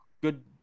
good